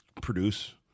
produce